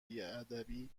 بیادبی